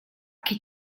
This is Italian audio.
che